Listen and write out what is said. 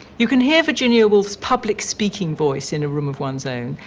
you can hear virginia woolf's public speaking voice in a room of one's own,